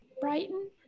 Brighton